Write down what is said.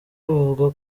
bavuga